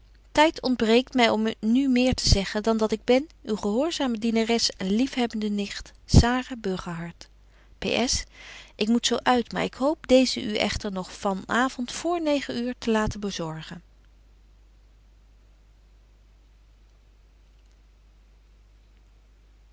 my om nu meer te zeggen dan dat ik ben uwe gehoorz dienares en lief hebb nicht p s ik moet zo uit maar ik hoop deezen u echter nog van avond vr negen uuren te laten bezorgen